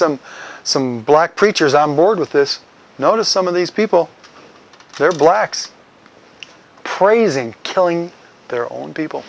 some some black preachers on board with this notice some of these people they're blacks praising killing their own people